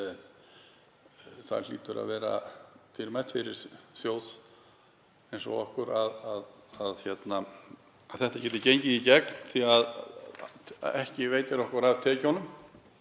Það hlýtur að vera dýrmætt fyrir þjóð eins og okkur að þetta geti gengið í gegn því að ekki veitir okkur af tekjunum.